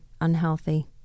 unhealthy